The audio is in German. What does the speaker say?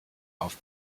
auf